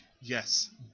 yes